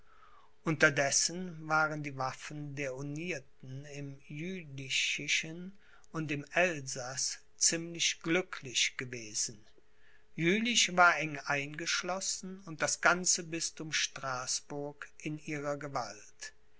unterdessen waren die waffen der unierten im jülichischen und im elsaß ziemlich glücklich gewesen jülich war eng eingeschlossen und das ganze bisthum straßburg in ihrer gewalt